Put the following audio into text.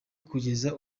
kugeza